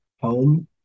home